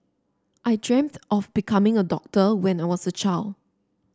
I dreamt of becoming a doctor when I was a child